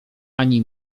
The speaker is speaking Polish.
ani